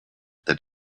that